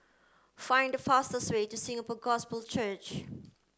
find the fastest way to Singapore Gospel Church